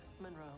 Monroe